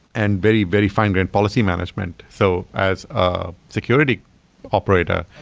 and very, very fine grained policy management. so as a security operator,